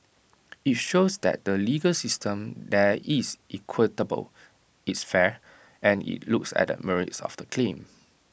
IT shows that the legal system there is equitable it's fair and IT looks at the merits of the claim